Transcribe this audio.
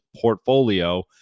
portfolio